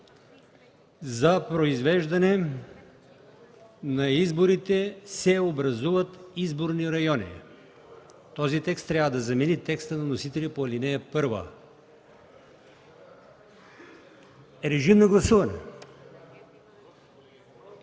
„За произвеждане на изборите се образуват изборни райони”. Този текст трябва да замени текста на вносителя по ал. 1. Гласували